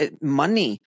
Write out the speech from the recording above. money